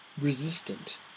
resistant